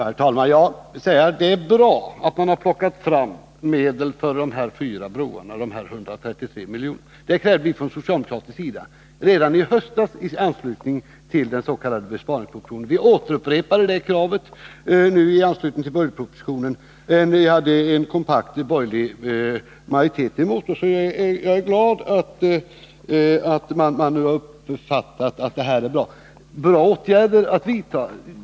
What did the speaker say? Herr talman! Jag säger att det är bra att man har plockat fram 133 miljoner till de fyra broar som det gäller. Det krävde vi från socialdemokratisk sida redan i höstas i anslutning till den s.k. sparpropositionen. Vi upprepade kravet i samband med budgetpropositionen, men vi hade en kompakt borgerlig majoritet emot oss. Jag är glad att man nu har uppfattat att det är fråga om goda åtgärder.